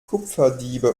kupferdiebe